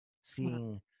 seeing